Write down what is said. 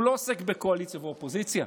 הוא לא עוסק בקואליציה ואופוזיציה.